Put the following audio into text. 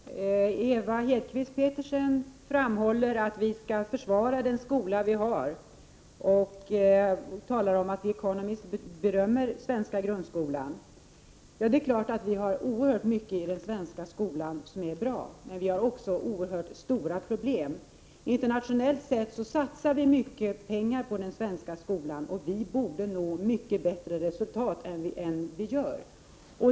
Herr talman! Ewa Hedkvist Petersen framhåller att vi skall försvara den skola vi har och talar om att The Economist berömmer den svenska grundskolan. Det finns naturligtvis oerhört mycket i den svenska skolan som är bra. Vi har emellertid också oerhört stora problem. Internationellt sett satsar vi mycket pengar på den svenska skolan. Vi borde därför nå mycket bättre resultat än vi gör.